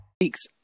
week's